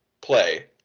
play